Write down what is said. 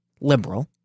liberal